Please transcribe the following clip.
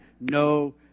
no